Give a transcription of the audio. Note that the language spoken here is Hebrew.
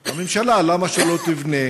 הממשלה, למה לא תבנה